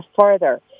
further